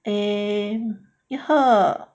err 一盒